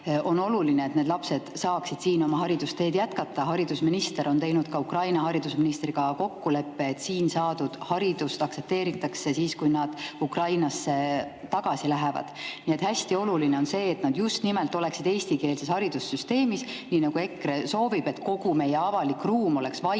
on oluline, et need lapsed saaksid siin oma haridusteed jätkata. Haridusminister on teinud Ukraina haridusministriga kokkuleppe, siin saadud haridust aktsepteeritakse ka siis, kui nad Ukrainasse tagasi lähevad. Nii et hästi oluline on, et nad just nimelt oleksid eestikeelses haridussüsteemis. EKRE soovib ka, et kogu meie avalik ruum oleks vaid